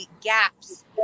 gaps